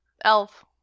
Elf